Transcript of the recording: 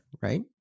right